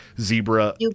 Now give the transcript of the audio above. zebra